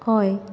हय